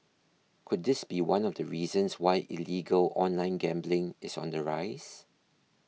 could this be one of the reasons why illegal online gambling is on the rise